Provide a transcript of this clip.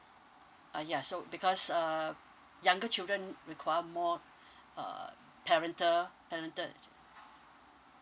uh ya so because uh younger children require more uh parental parental